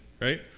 right